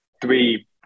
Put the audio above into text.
Three